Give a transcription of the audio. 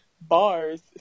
bars